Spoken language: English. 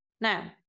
Now